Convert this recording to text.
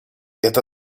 это